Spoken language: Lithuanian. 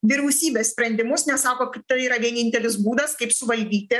vyriausybės sprendimus nes sako kad tai yra vienintelis būdas kaip suvaldyti